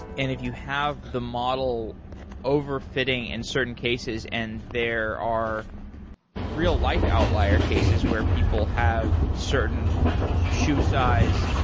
and if you have the model over fitting in certain cases and there are real life outlier cases where people have certain shoe size,